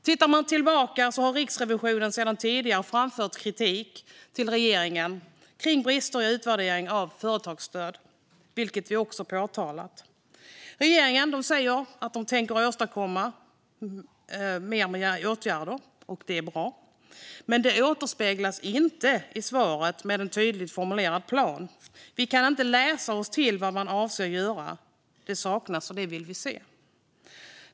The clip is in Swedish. Tittar man tillbaka ser man att Riksrevisionen redan tidigare har framfört kritik till regeringen om brister i utvärderingar av till exempel företagsstöd, vilket vi också har påtalat. Regeringen säger att man tänker återkomma med åtgärder. Det är bra, men det återspeglas inte i svaret med en tydligt formulerad plan. Vi kan inte läsa oss till vad man avser att göra. Det saknas, och vi vill se det.